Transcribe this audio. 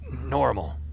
normal